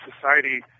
society